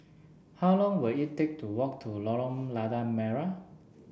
how long will it take to walk to Lorong Lada Merah